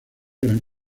gran